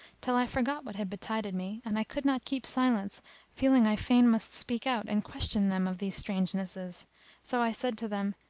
till i forgot what had betided me and i could not keep silence feeling i fain must speak out and question them of these strangenesses so i said to them,